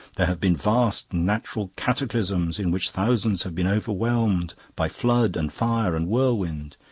there have been vast natural cataclysms in which thousands have been overwhelmed by flood and fire and whirlwind.